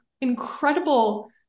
incredible